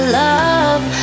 love